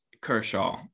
Kershaw